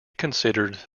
considered